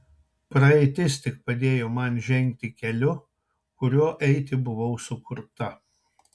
praeitis tik padėjo man žengti keliu kuriuo eiti buvau sukurta